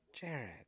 Jared